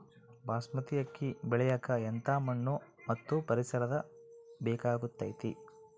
ಬಾಸ್ಮತಿ ಅಕ್ಕಿ ಬೆಳಿಯಕ ಎಂಥ ಮಣ್ಣು ಮತ್ತು ಪರಿಸರದ ಬೇಕಾಗುತೈತೆ?